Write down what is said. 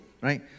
right